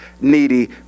needy